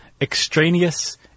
Extraneous